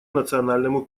национальному